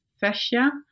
fascia